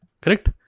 Correct